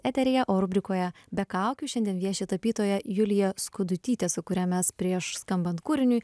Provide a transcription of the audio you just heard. eteryje rubrikoje be kaukių šiandien vieši tapytoja julija skudutytė su kuria mes prieš skambant kūriniui